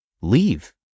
Leave